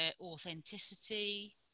authenticity